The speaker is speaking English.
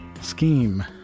scheme